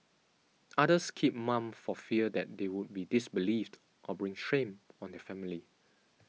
others keep mum for fear that they would be disbelieved or bring shame on their family